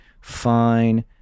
fine